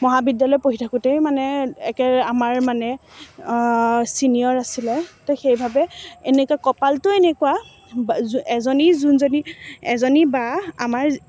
মহাবিদ্যালয়ত পঢ়ি থাকোঁতেই মানে একে আমাৰ মানে ছিনিয়ৰ আছিলে তৌ সেইবাবে এনেকৈ কপালটোৱে এনেকুৱা এজনী যোনজনী এজনী বা আমাৰ